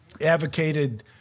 advocated